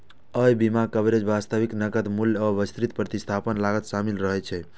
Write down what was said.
अय बीमा कवरेज मे वास्तविक नकद मूल्य आ विस्तृत प्रतिस्थापन लागत शामिल रहै छै